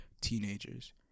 teenagers